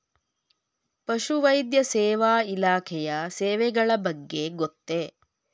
ಪಶುವೈದ್ಯ ಸೇವಾ ಇಲಾಖೆಯ ಸೇವೆಗಳ ಬಗ್ಗೆ ಗೊತ್ತೇ?